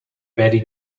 betty